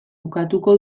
bukatuko